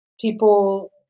people